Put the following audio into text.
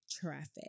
traffic